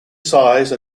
size